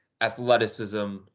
athleticism